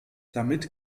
damit